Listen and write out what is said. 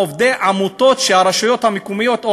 או עובדי עמותות שהרשויות המקומיות או